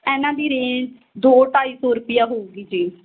ਇਹਨਾਂ ਦੀ ਰੇਂਜ ਦੋ ਢਾਈ ਸੌ ਰੁਪਈਆ ਹੋਵੇਗੀ ਜੀ